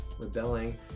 rebelling